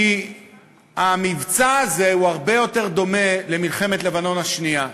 כי המבצע הזה הרבה יותר דומה למלחמת לבנון השנייה.